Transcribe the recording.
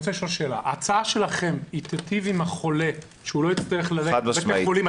ההצעה שלכם תיטיב עם החולה שלא יצטרך ללכת לבית החולים?